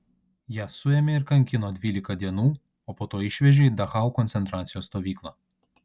ją suėmė ir kankino dvylika dienų o po to išvežė į dachau koncentracijos stovyklą